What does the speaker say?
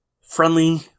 friendly